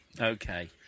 Okay